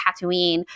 Tatooine